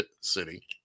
City